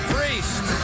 Priest